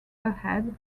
ahead